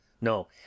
no